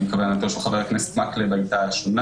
אם כוונתו של חבר הכנסת מקלב הייתה שונה